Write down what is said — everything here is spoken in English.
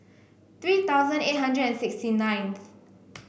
three thousand eight hundred and sixty ninth